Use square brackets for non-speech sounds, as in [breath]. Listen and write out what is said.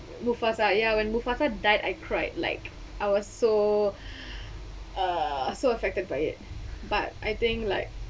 mufasa ya when mufasa died I cried like I was so [breath] uh so affected by it but I think like